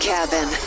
Cabin